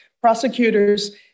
Prosecutors